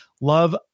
love